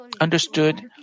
understood